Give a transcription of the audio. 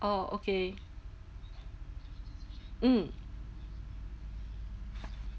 orh okay mm